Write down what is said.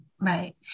right